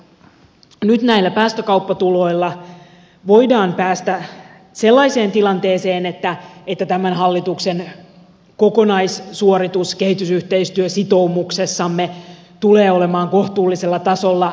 nyt näillä päästökauppatuloilla voidaan päästä sellaiseen tilanteeseen että tämän hallituksen kokonaissuoritus kehitysyhteistyösitoumuksessamme tulee olemaan kohtuullisella tasolla